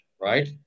right